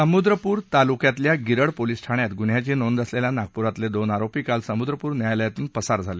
समुद्रपूर तालुक्यातल्या गिरड पोलीस ठाण्यात गुन्ह्याची नोंद असलेल्या नागपूरातले दोन आरोपी काल समुद्रपूर न्यायालयातून पसार झाले